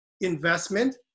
investment